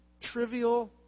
trivial